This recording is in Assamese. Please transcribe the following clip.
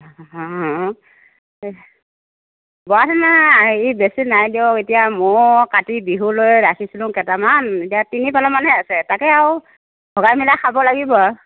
বৰা ধানৰ হেৰি বেছি নাই দিয়ক এতিয়া মইও কাতি বিহুলৈ ৰাখিছিলোঁ কেইটামান এতিয়া তিনি পালামানহে আছে তাকে আৰু ভগাই মিলাই খাব লাগিব